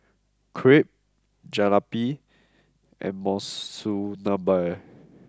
Crepe Jalebi and Monsunabe